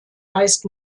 meist